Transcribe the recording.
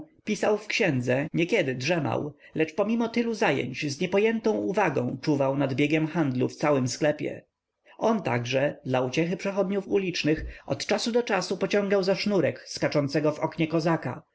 pisał w księdze niekiedy drzemał lecz pomimo tylu zajęć z niepojętą uwagą czuwał nad biegiem handlu w całym sklepie on także dla uciechy przechodniów ulicznych od czasu do czasu pociągał za sznurek skaczącego w oknie kozaka